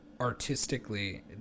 artistically